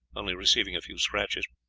only receiving a few scratches.